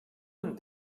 han